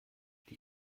die